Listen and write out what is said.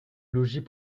logis